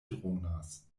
dronas